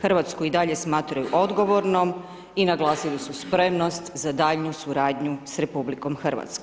Hrvatsku i dalje smatraju odgovornom i naglasili su spremnost za daljnju suradnju s RH.